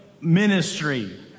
ministry